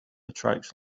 attracts